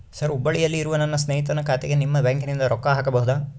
Sir ಹುಬ್ಬಳ್ಳಿಯಲ್ಲಿ ಇರುವ ನನ್ನ ಸ್ನೇಹಿತನ ಖಾತೆಗೆ ನಿಮ್ಮ ಬ್ಯಾಂಕಿನಿಂದ ರೊಕ್ಕ ಹಾಕಬಹುದಾ?